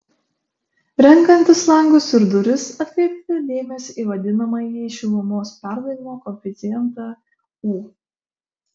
renkantis langus ir duris atkreipkite dėmesį į vadinamąjį šilumos perdavimo koeficientą u